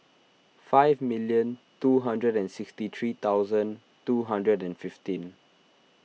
five million two hundred and sixty three thousand two hundred and fifteen